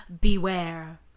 beware